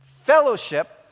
Fellowship